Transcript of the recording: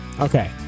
Okay